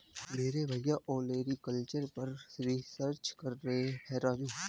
मेरे भैया ओलेरीकल्चर पर रिसर्च कर रहे हैं राजू